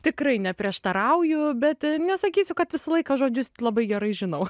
tikrai neprieštarauju bet nesakysiu kad visą laiką žodžius labai gerai žinau